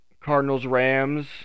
Cardinals-Rams